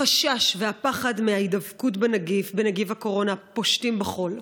החשש והפחד מההידבקות בנגיף הקורונה פושטים בכול.